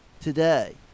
today